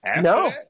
No